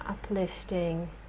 uplifting